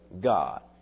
God